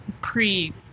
pre